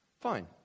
Fine